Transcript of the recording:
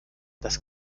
das